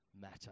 matter